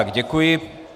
Děkuji.